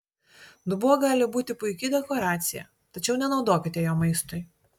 dubuo gali būti puiki dekoracija tačiau nenaudokite jo maistui